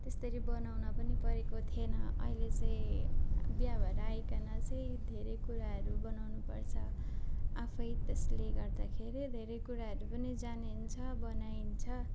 त्यस्तरी बनाउनु पनि परेको थिइनँ अहिले चाहिँ बिहा भएर आईकन चाहिँ धेरै कुराहरू बनाउनु पर्छ आफैँ त्यसले गर्दाखेरि धेरै कुराहरू पनि जानिन्छ बनाइन्छ